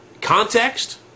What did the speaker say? context